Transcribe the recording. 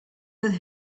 with